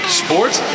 sports